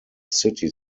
city